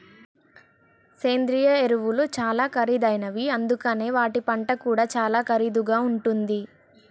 సేంద్రియ ఎరువులు చాలా ఖరీదైనవి అందుకనే వాటి పంట కూడా చాలా ఖరీదుగా ఉంటుంది